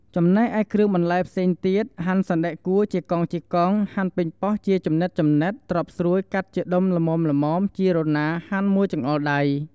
ចំណែកឯគ្រឿងបន្លែផ្សេងទៀត ហាន់សណ្ដែកកួរជាកង់ៗ ហាន់ប៉េងប៉ោះជាចំណិតៗ ត្រប់ស្រួយកាត់ជាដុំល្មមៗ ជីរណាហាន់មួយចង្អុលដៃ ។